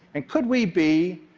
and could we be